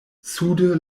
sude